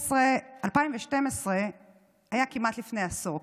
2012 הייתה כמעט לפני עשור,